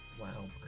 Wow